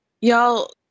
Y'all